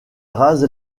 rase